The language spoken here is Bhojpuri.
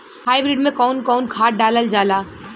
हाईब्रिड में कउन कउन खाद डालल जाला?